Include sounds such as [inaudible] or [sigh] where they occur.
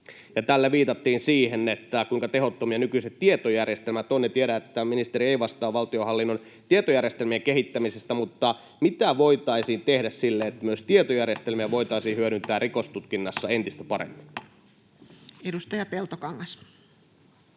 Tällä viitattiin siihen, kuinka tehottomia nykyiset tietojärjestelmät ovat. Tiedän, että ministeri ei vastaa valtionhallinnon tietojärjestelmien kehittämisestä, mutta mitä voitaisiin tehdä sille, [noise] että myös tietojärjestelmiä voitaisiin hyödyntää rikostutkinnassa entistä paremmin? [Speech